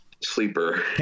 sleeper